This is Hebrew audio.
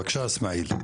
בבקשה, איסמעיל.